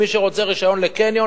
עם מי שרוצה רשיון לקניון,